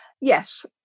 Yes